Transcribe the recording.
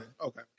Okay